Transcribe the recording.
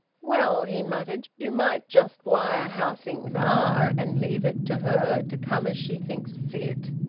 well he muttered. you might just wire how things are, and leave it to her to come as she thinks fit.